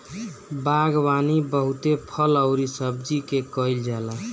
बागवानी बहुते फल अउरी सब्जी के कईल जाला